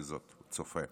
צופה.